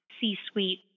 C-suite